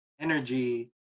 energy